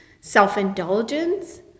self-indulgence